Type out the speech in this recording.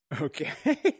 Okay